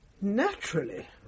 Naturally